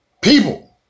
people